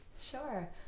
Sure